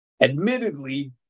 Admittedly